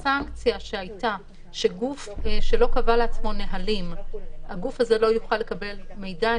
את הסנקציה שאומרות שגוף שלא קבע לעצמו נהלים לא יוכל לקבל מידע,